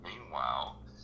Meanwhile